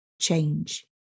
change